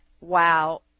wow